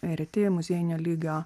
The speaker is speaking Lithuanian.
reti muziejinio lygio